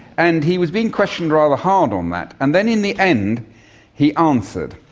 and he was being questioned rather hard on that, and then in the end he answered,